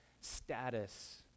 status